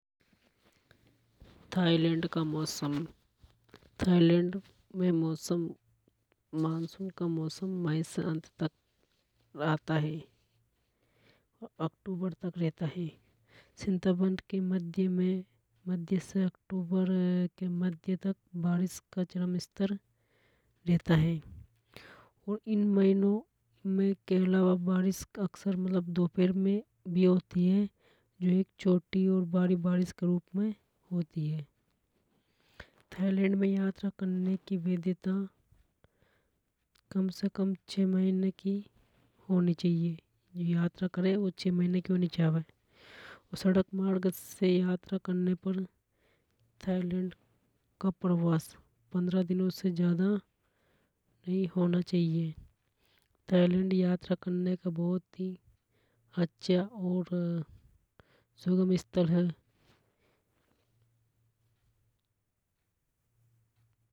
थाईलैंड का मौसम थाईलैंड में मौसम मानसून का मौसम मई से अंत तक रहता हे अक्टूबर तक रहता है। सितम्बर के मध्य से अक्टूबर के मध्य तक बारिश का चरम स्तर रहता है। और इन महीनों में बारिश अक्सर मतलब दोपहर में भी होती हे जो एक छोटी और भारी बारिश के रूप में होती है। थाईलैंड में यात्रा करने की वैद्यता कम से कम छः महीने की होनी चाहिए जो यात्रा करे वो छः महीने की होनी चावे। और सड़क मार्ग से यात्रा करने पर थाईलैंड का प्रवास पंद्रह दिनों से ज्यादा नहीं होना चाहिए। थाईलैंड यात्रा करने का बहुत ही अच्छा और सुगम स्थल है।